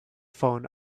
phone